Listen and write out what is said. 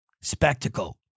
spectacle